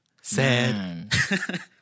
Sad